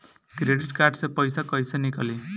Credit card से पईसा केइसे निकली?